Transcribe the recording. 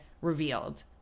revealed